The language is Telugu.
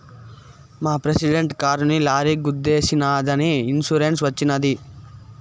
మా ప్రెసిడెంట్ కారుని లారీ గుద్దేశినాదని ఇన్సూరెన్స్ వచ్చినది